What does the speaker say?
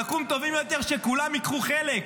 נקום טובים יותר, כשכולם ייקחו חלק.